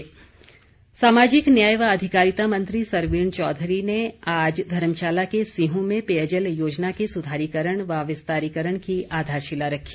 सरवीण चौधरी सामाजिक न्याय व अधिकारिता मंत्री सरवीण चौधरी ने आज धर्मशाला के सिहूं में पेयजल योजना के सुधारीकरण व विस्तारीकरण की आधारशिला रखी